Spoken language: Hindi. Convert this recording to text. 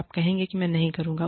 आप कहेंगे मैं यह नहीं करुंगा